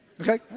Okay